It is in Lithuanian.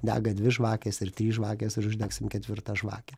dega dvi žvakės ir trys žvakės ir uždegsim ketvirtą žvakę